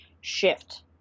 shift